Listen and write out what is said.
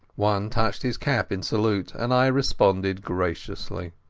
one touched his cap in salute, and i responded graciously.